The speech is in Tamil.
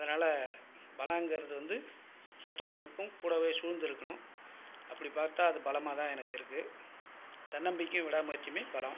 அதனால் பலங்கிறது வந்து சொந்தமும் நட்பும் கூடவே சூழ்ந்துயிருக்கணும் அப்படி பார்த்தா அது பலமாக தான் எனக்கு இருக்குது தன்னம்பிக்கையும் விடாமுயறிச்சியுமே பலம்